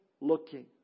looking